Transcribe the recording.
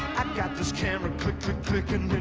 i've got this camera click, click, clickin'